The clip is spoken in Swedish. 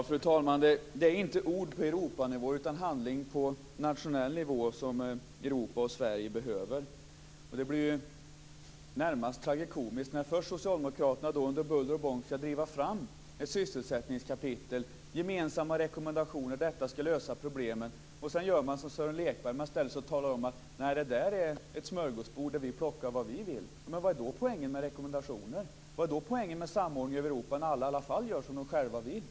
Fru talman! Det är inte ord på Europanivå utan handling på nationell nivå som Europa och Sverige behöver. Det blir närmast tragikomiskt när socialdemokraterna först under buller och bång skall driva fram ett sysselsättningskapitel, gemensamma rekommendationer för att lösa problemen, och sedan gör man som Sören Lekberg och talar om: Nej, det där är ett smörgåsbord där vi plockar vad vi vill. Vad är då poängen med rekommendationer? Vad är då poängen med samordningen i Europa när alla i alla fall för de själva vill?